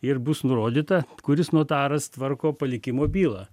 ir bus nurodyta kuris notaras tvarko palikimo bylą